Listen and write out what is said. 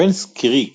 פרנס קריק